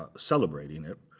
ah celebrating it.